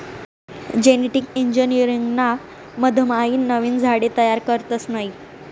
genetic engineering ना मधमाईन नवीन झाडे तयार करतस नयी